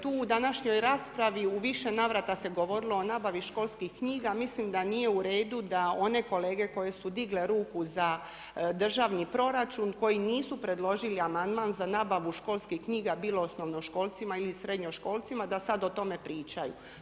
Tu u današnjoj raspravi u više navrata se govorilo o nabavi školskih knjiga, mislim da nije uredu da one kolege koje su digle ruku za državni proračun, koji nisu predložili amandman za nabavu školskih knjiga bilo osnovnoškolcima ili srednjoškolcima da sada o tome pričaju.